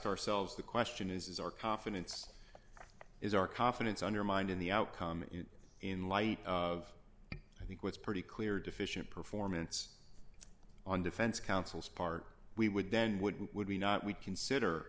ourselves the question is is our confidence is our confidence undermined in the outcome in light of i think was pretty clear deficient performance on defense counsel's part we would then wouldn't would we not we consider